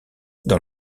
dans